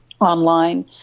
online